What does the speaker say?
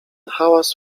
hałas